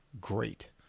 great